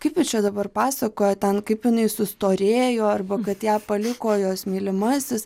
kaip ji čia dabar pasakoja ten kaip jinai sustorėjo arba kad ją paliko jos mylimasis